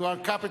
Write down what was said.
to our capital,